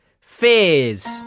fears